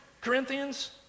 Corinthians